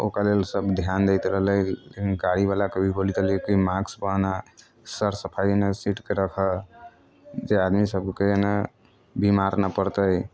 ओकर लेल सभ ध्यान दैत रहलै गाड़ीवलाके भी बोलैत रहलै कि मास्क पहनऽ सर सफाइ एने सीटके रखऽ जे आदमीसभके एने बीमार ना पड़तै